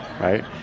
right